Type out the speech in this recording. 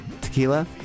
tequila